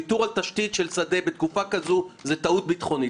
ויתור על תשתית של שדה בתקופה כזו זאת טעות ביטחונית.